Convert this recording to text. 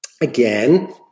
Again